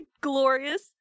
glorious